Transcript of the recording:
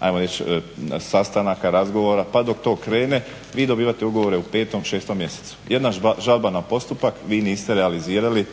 ajmo reći sastanaka, razgovara pa dok to krene vi dobivate ugovore u 5., 6. mjesecu. Jedna žalba na postupak vi niste realizirali